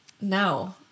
No